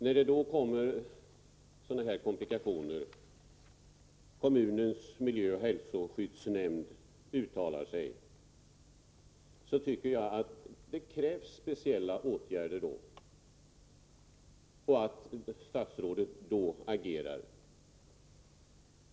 När det då inträder sådana här komplikationer — att kommunens miljöoch hälsoskyddsnämnd uttalar sig — tycker jag att det krävs speciella åtgärder och att statsrådet agerar.